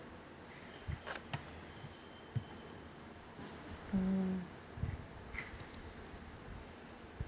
mm